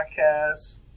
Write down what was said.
podcast